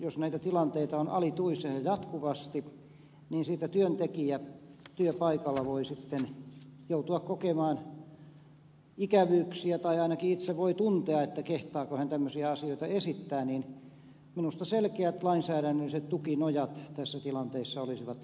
jos näitä tilanteita on alituiseen jatkuvasti niin työntekijä työpaikalla voi sitten joutua kokemaan ikävyyksiä tai ainakin itse voi tuntea että kehtaako hän tämmöisiä asioita esittää niin minusta selkeät lainsäädännölliset tukinojat tässä tilanteessa olisivat